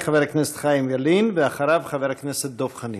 חבר הכנסת חיים ילין, ואחריו, חבר הכנסת דב חנין.